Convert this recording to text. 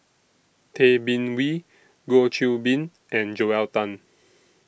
Tay Bin Wee Goh Qiu Bin and Joel Tan